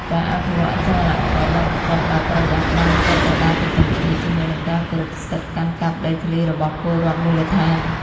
ការអភិវឌ្ឍអចលនទ្រព្យដែលប្រកបដោយបរិយាបន្ន ត្រូវតែដើរទន្ទឹមគ្នាជាមួយនឹងការគោរពសិទ្ធិកាន់កាប់ដីធ្លីរបស់ពលរដ្ឋមូលដ្ឋាន។